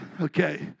Okay